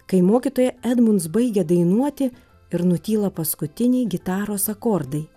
kai mokytoja edmunds baigia dainuoti ir nutyla paskutiniai gitaros akordai